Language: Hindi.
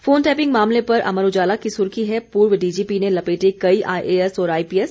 फोन टैपिंग मामले पर अमर उजाला की सुर्खी है पूर्व डीजीपी ने लपेटे कई आईएएस और आईपीएस